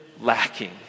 lacking